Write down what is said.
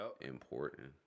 important